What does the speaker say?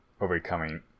Overcoming